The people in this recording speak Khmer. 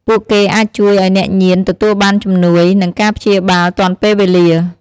ពួកគេអាចជួយឱ្យអ្នកញៀនទទួលបានជំនួយ និងការព្យាបាលទាន់ពេលវេលា។